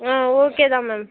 ம் ஓகே தான் மேம்